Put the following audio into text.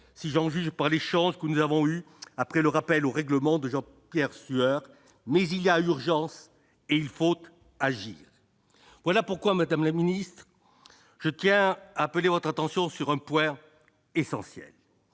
si j'en juge par l'échange que nous avons eu après le rappel au règlement de Jean-Pierre Sueur, mais il y a urgence à agir ! Voilà pourquoi, madame la ministre, je tiens à appeler votre attention sur un point essentiel